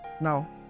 Now